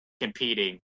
competing